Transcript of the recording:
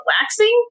Relaxing